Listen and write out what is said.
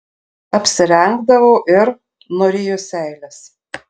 apsirengdavau ir nuryju seiles